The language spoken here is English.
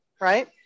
Right